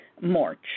March